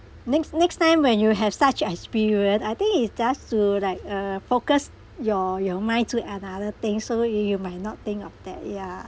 next next time when you have such experience I think it just to like uh focus your your mind to another thing so you you might not think of that yeah